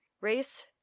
Race